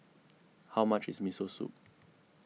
how much is Miso Soup